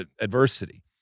adversity